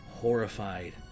horrified